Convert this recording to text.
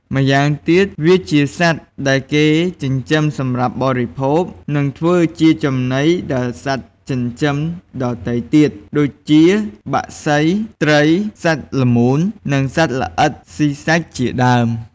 ម្យ៉ាងទៀត វាជាសត្វដែលគេចិញ្ចឹមសម្រាប់បរិភោគ និងធ្វើជាចំណីដល់សត្វចិញ្ចឹមដទៃទៀត ដូចជា បក្សី ត្រី សត្វល្មូន និងសត្វល្អិតស៊ីសាច់ជាដើម។